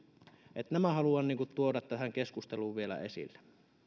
nämä haluan tuoda tähän keskusteluun vielä esille